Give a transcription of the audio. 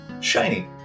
shiny